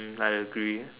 um I agree